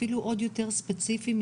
אפילו מספרים שיש סיכוי שיכנסו לתקציב